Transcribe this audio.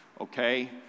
Okay